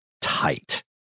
tight